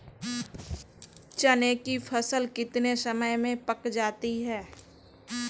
चने की फसल कितने समय में पक जाती है?